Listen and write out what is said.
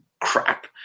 crap